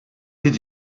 did